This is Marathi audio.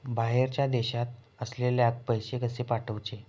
बाहेरच्या देशात असलेल्याक पैसे कसे पाठवचे?